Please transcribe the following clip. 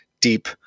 deep